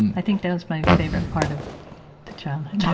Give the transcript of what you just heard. i think that was my favorite part of the childhood.